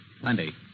Plenty